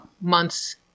months